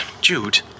Jude